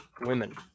women